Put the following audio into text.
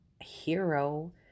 hero